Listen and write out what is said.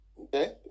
Okay